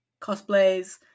cosplays